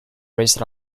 rest